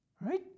Right